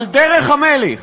אבל דרך המלך